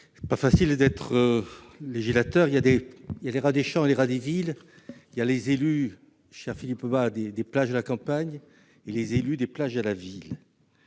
Il n'est pas facile d'être législateur. Il y a les rats des champs et les rats des villes ; il y a les élus, cher Philippe Bas, des plages de la campagne et les élus des plages de la ville.